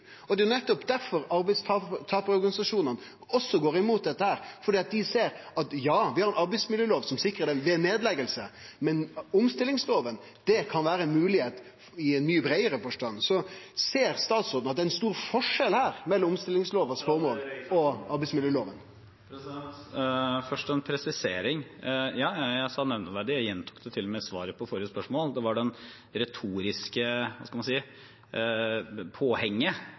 Det er nettopp derfor arbeidstakarorganisasjonane også går imot dette, fordi dei ser at vi har ei arbeidsmiljølov som sikrar dei ved nedlegging, men omstillingslova kan vere ei moglegheit i ein mykje breiare forstand. Ser statsråden at det her er stor forskjell på omstillingslova og arbeidsmiljølova? Først en presisering: Ja, jeg sa nevneverdig, jeg gjentok det til og med i svaret på forrige spørsmål. Det var det retoriske påhenget fra Fylkesnes som jeg ikke har sagt, og